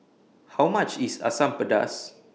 How much IS Asam Pedas